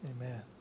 Amen